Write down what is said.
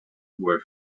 were